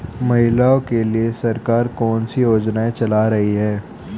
महिलाओं के लिए सरकार कौन सी योजनाएं चला रही है?